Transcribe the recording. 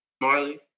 Marley